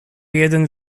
jeden